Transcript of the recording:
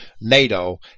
Nato